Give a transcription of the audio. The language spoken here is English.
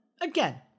again